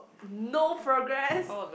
no progress